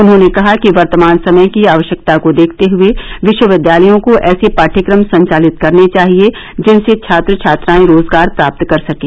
उन्होंने कहा कि वर्तमान समय की आवश्यकता को देखते हए विश्वविद्यालयों को ऐसे पाठ्यक्रम संचालित करने चाहिए जिनसे छात्र छात्राएं रोजगार प्राप्त कर सकें